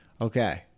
Okay